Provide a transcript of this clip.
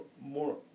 more